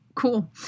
Cool